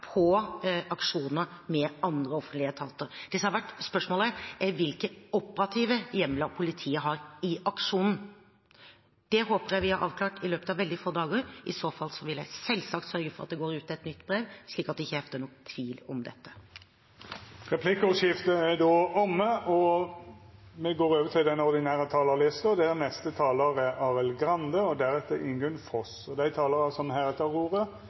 aksjoner med andre offentlige etater. Det som har vært spørsmålet, er hvilke operative hjemler politiet har i aksjonen. Det håper jeg vi har avklart i løpet av veldig få dager. I så fall vil jeg selvsagt sørge for at det går ut et nytt brev, slik at det ikke hefter noen tvil ved dette. Replikkordskiftet er omme. Dei talarane som heretter får ordet, har òg ei taletid på inntil 3 minutt. Det